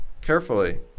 carefully